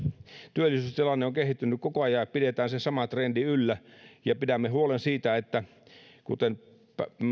työllisyystilanne on kehittynyt koko ajan ja pidetään se sama trendi yllä pidämme huolen siitä kuten